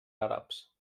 àrabs